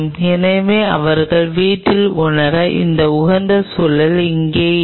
எனவே அவர்கள் வீட்டில் உணர இந்த உகந்த சூழல் இங்கே இல்லை